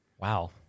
Wow